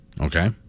Okay